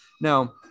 Now